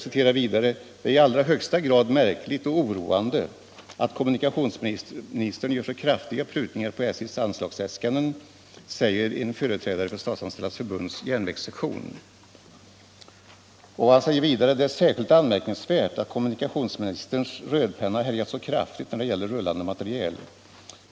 ”Det är i allra högsta grad märkligt och oroande att kommunikationsministern gör så kraftiga prutningar på SJ:s anslagsäskanden”, säger en företrädare för Statsanställdas förbunds järnvägssektion. Han säger vidare: ”Det är särskilt anmärkningsvärt att kommunikationsministerns rödpenna härjat så kraftigt när det gäller rullande materiel.